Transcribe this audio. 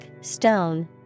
stone